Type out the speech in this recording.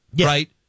right